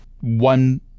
one